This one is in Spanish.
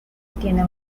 tiene